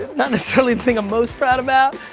not necessarily the thing i'm most proud about.